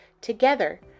Together